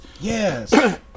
yes